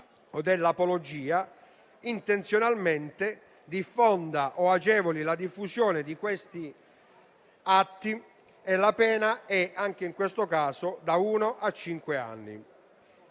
o dell'apologia, intenzionalmente diffonda o agevoli la diffusione di questi atti. E la pena è anche in questo caso da uno a cinque anni.